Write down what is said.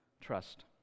trust